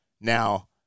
Now